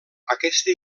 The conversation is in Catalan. aquesta